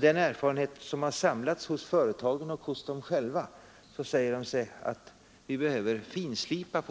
Dessa erfarenheter och de erfarenheter som företagen har gjort visar att miljöskyddslagen behöver finslipas